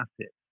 assets